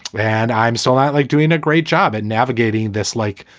and i'm so not like doing a great job and navigating this, like,